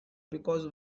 because